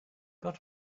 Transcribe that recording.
got